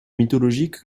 mythologique